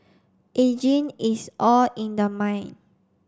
ageing is all in the mind